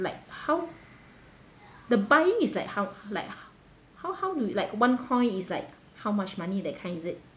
like how the buying is like how like how how do you like one coin is like how much money that kind is it